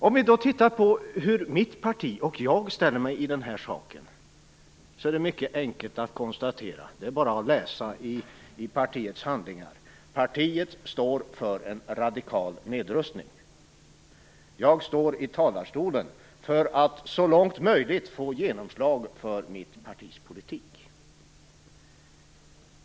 Om vi tittar på hur mitt parti och jag ställer mig i den här frågan är det mycket enkelt att konstatera - det är bara att läsa i partiets handlingar - att partiet står för en radikal nedrustning. Jag står i talarstolen för att, så långt det är möjligt, få genomslag för mitt partis politik.